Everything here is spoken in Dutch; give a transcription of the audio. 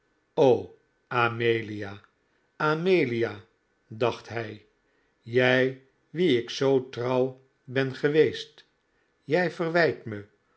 amelia amelia dacht hij jij wie ik zoo trouw ben geweest jij verwijt me